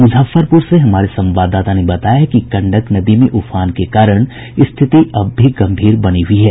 मुजफ्फरपुर से हमारे संवाददाता ने बताया है कि गंडक नदी में उफान के कारण स्थिति अब भी गम्भीर बनी हुई है